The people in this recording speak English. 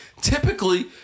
typically